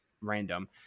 random